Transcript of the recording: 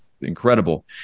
incredible